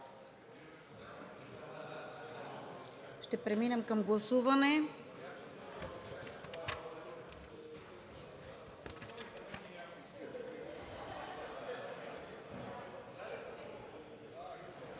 ще преминем към гласуване.